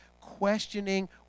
questioning